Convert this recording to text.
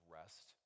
rest